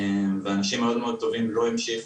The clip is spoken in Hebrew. ואנשים מאוד מאוד טובים לא המשיכו.